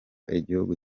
igihugu